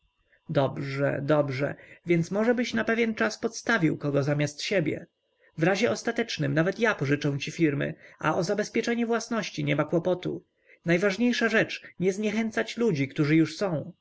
dobrze dobrze więc możebyś na pewien czas podstawił kogo zamiast siebie wrazie ostatecznym nawet ja pożyczę ci firmy a o zabezpieczenie własności niema kłopotu najważniejsza rzecz nie zniechęcać ludzi którzy już są